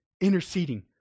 interceding